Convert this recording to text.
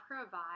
provide